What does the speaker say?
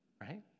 right